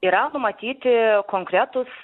yra numatyti konkretūs